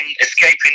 escaping